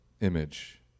image